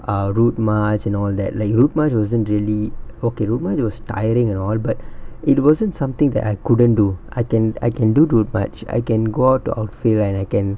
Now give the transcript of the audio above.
uh route march and all that like route much wasn't really okay route march was tiring and all but it wasn't something that I couldn't do I can I can do route much I can go to outfield and I can